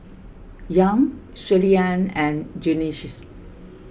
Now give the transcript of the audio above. Young Shirleyann and Junious